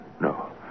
No